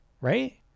right